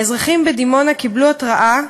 האזרחים בדימונה קיבלו התראה,